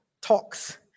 talks